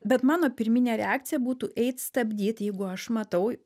bet mano pirminė reakcija būtų eit stabdyt jeigu aš matau